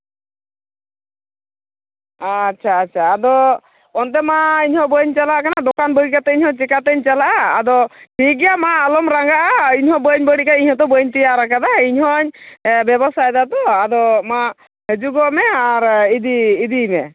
ᱟᱪᱪᱷᱟ ᱟᱪᱪᱷᱟ ᱟᱫᱚ ᱚᱱᱛᱮ ᱢᱟ ᱤᱧ ᱦᱚᱸ ᱵᱟᱹᱧ ᱪᱟᱞᱟᱜ ᱠᱟᱱᱟ ᱫᱚᱠᱟᱱ ᱵᱟᱹᱜᱤ ᱠᱟᱛᱮ ᱤᱧ ᱦᱚᱸ ᱪᱮᱠᱟᱛᱮᱧ ᱪᱟᱞᱟᱜᱼᱟ ᱟᱫᱚ ᱴᱷᱤᱠᱜᱮᱭᱟ ᱢᱟ ᱟᱞᱚᱢ ᱨᱟᱸᱜᱟᱜᱼᱟ ᱤᱧ ᱦᱚᱸ ᱵᱟᱹᱧ ᱵᱟᱹᱲᱤᱡ ᱠᱟᱜᱼᱟ ᱤᱧ ᱦᱚᱸᱛᱚ ᱵᱟᱹᱧ ᱛᱮᱭᱟᱨ ᱠᱟᱫᱟ ᱤᱲ ᱦᱚᱸᱧ ᱵᱮᱵᱚᱥᱟᱭ ᱫᱟᱛᱚ ᱟᱫᱚ ᱢᱟ ᱦᱟᱹᱡᱩᱜᱚᱜ ᱢᱮ ᱟᱨ ᱤᱫᱤ ᱤᱫᱤᱭ ᱢᱮ